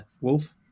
Wolf